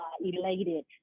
elated